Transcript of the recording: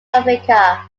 africa